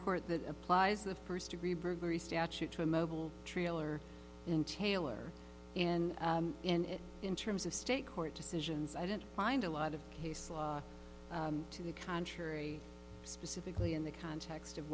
court that applies the first degree burglary statute to a mobile trailer in taylor in in it in terms of state court decisions i didn't find a lot of case law to the contrary specifically in the context of